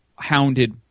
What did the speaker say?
hounded